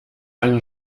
einen